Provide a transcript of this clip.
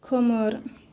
खोमोर